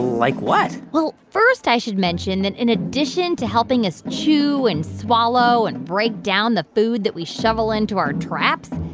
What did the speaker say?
like what? well, first, i should mention that in addition to helping us chew and swallow and break down the food that we shovel into our traps,